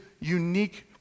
unique